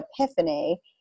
epiphany